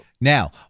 now